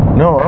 no